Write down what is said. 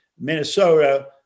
Minnesota